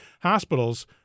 hospitals